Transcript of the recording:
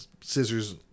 scissors